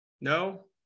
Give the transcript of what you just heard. No